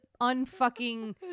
unfucking